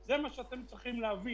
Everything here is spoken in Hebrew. זה מה שאתם צריכים להבין.